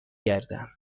گردم